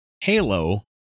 Halo